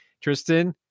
Tristan